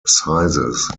sizes